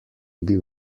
bil